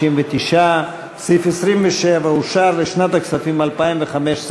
59. סעיף 27 אושר לשנת הכספים 2015,